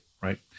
right